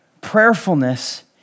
prayerfulness